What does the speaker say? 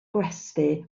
gwesty